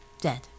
dead